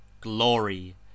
glory